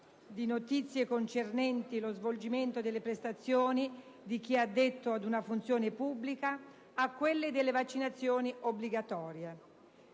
di notizie concernenti lo svolgimento delle prestazioni di chi è addetto ad una funzione pubblica a quelle sulle vaccinazioni obbligatorie.